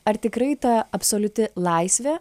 ar tikrai ta absoliuti laisvė